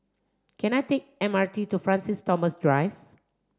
can I take M R T to Francis Thomas Drive